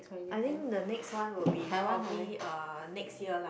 I think the next one will be probably uh next year lah